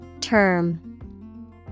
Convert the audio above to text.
Term